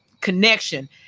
connection